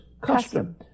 custom